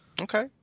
Okay